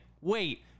Wait